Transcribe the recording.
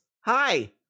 Hi